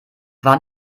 wann